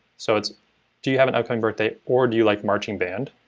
so it's do you have an upcoming birthday or do you like marching band,